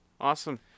Awesome